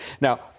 Now